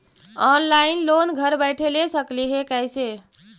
Online loan घर बैठे ले सकली हे, कैसे?